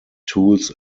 tools